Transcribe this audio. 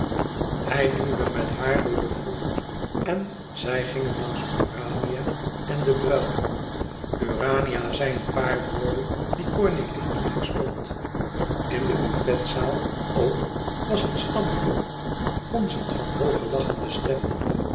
hij duwde met haar door de foule en zij gingen langs urania en de breuil urania zei een paar woorden die cornélie niet verstond in de buffetzaal ook was het stampvol gonzend van hooge lachende stemmen